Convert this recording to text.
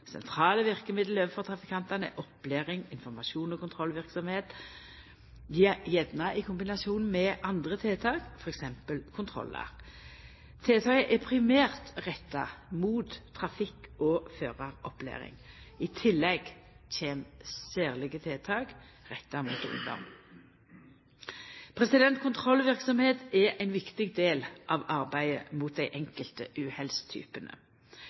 Sentrale verkemiddel overfor trafikantane er opplæring, informasjon og kontrollverksemd – gjerne i kombinasjon med andre tiltak, t.d. kontrollar. Tiltaka er primært retta mot trafikk- og føraropplæring. I tillegg kjem særlege tiltak retta mot ungdom. Kontrollverksemd er ein viktig del av arbeidet mot dei enkelte